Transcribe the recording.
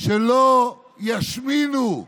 שלא ישמינו.